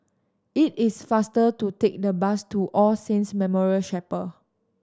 it is faster to take the bus to All Saints Memorial Chapel